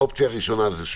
אופציה ראשונה זה,